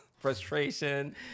frustration